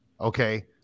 okay